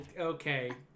okay